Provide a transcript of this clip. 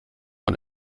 man